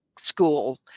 school